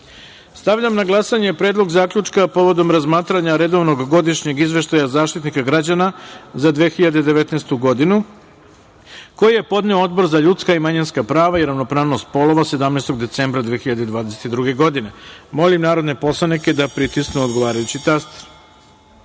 na glasanje – Predlog zaključka povodom razmatranja Redovnog godišnjeg izveštaja Zaštitnika građana za 2019. godinu, koji je podneo Odbor za ljudska i manjinska prava i ravnopravnost polova 17. decembra 2020. godine. Molim narodne poslanike da pritisnu odgovarajući